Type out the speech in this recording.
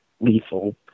lethal